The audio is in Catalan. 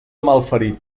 malferit